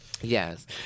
Yes